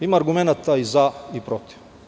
Ima argumenata i za i protiv.